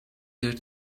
their